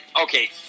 Okay